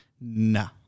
no